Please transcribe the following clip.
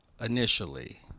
initially